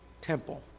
temple